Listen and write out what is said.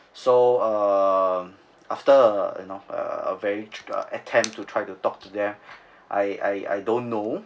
so uh after a you know a very attempt to try the talk to them I I I don't know